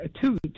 two